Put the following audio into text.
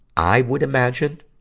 i would imagine